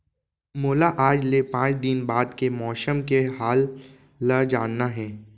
मोला आज ले पाँच दिन बाद के मौसम के हाल ल जानना हे?